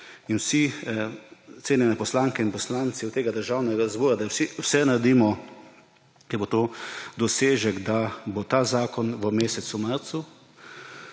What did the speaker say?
in vsi cenjeni poslanke in poslanci tega državnega zbora, da vsi vse naredimo, ker bo to, da bo ta zakon v mesecu marcu